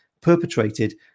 perpetrated